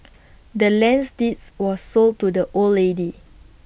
the land's deeds was sold to the old lady